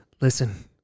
listen